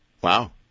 Wow